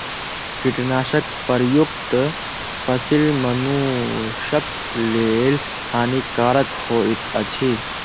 कीटनाशक प्रयुक्त फसील मनुषक लेल हानिकारक होइत अछि